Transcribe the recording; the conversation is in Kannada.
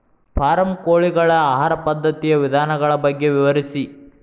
ಫಾರಂ ಕೋಳಿಗಳ ಆಹಾರ ಪದ್ಧತಿಯ ವಿಧಾನಗಳ ಬಗ್ಗೆ ವಿವರಿಸಿ